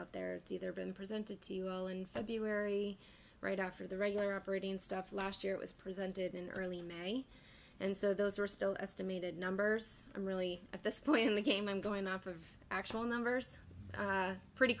out there to either been presented to you all in february right after the regular operating stuff last year it was presented in early may and so those are still estimated numbers are really at this point in the game i'm going off of actual numbers pretty